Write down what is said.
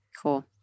Cool